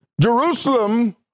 Jerusalem